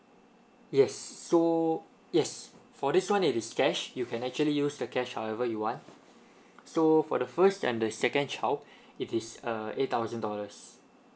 yes so yes for this one it is cash you can actually use the cash however you want so for the first and the second child it is a eight thousand dollars